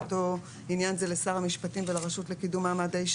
באותו עניין זה לשר המשפטים ולרשות לקידום מעמד האישי